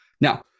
Now